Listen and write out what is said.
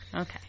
Okay